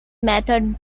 method